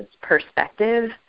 perspective